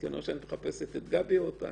את מחפשת את גבי או אותנו?